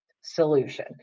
solution